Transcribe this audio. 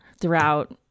throughout